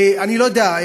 אני לא יודע,